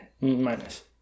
Minus